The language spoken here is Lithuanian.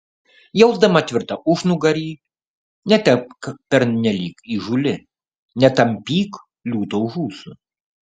jausdama tvirtą užnugarį netapk pernelyg įžūli netampyk liūto už ūsų